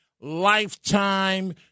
lifetime